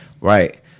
Right